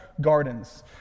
Gardens